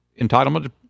entitlement